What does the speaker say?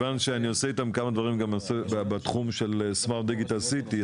מכיוון שאני עושה איתם כמה דברים בתחום של smart digital city,